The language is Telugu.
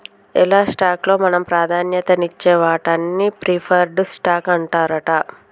ఎలా స్టాక్ లో మనం ప్రాధాన్యత నిచ్చే వాటాన్ని ప్రిఫర్డ్ స్టాక్ అంటారట